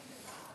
לרשותך.